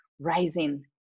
rising